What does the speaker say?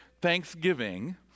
thanksgiving